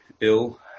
ill